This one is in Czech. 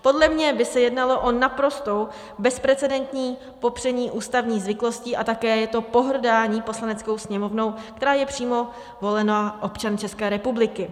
Podle mě by se jednalo o naprosto bezprecedentní popření ústavních zvyklostí a také by to bylo pohrdání Poslaneckou sněmovnou, která je přímo volena občany České republiky.